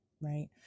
right